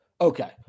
Okay